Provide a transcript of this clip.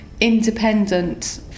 independent